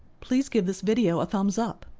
please give this video a thumbs up,